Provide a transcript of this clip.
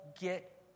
get